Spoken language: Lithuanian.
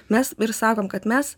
mes ir sakome kad mes